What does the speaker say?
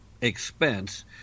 expense